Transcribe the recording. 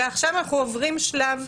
ועכשיו אנחנו עוברים שלב,